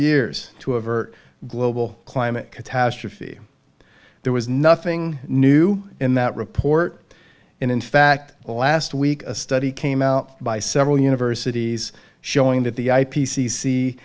years to avert global climate catastrophe there was nothing new in that report and in fact last week a study came out by several universities showing that the i p c c